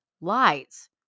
lights